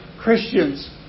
Christians